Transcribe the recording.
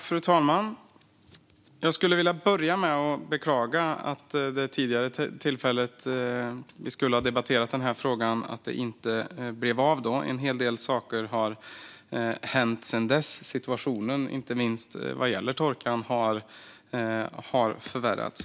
Fru talman! Jag skulle vilja börja med att beklaga att debatten om denna fråga inte blev av vid det tidigare tillfälle då det skulle ha skett. En hel del saker har hänt sedan dess. Situationen vad gäller inte minst torkan har förvärrats.